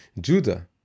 Judah